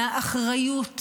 מהאחריות